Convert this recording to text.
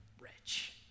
rich